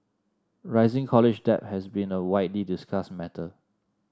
rising college debt has been a widely discussed matter